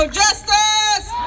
justice